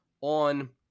on